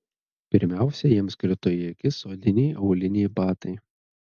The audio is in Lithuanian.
pirmiausia jiems krito į akis odiniai auliniai batai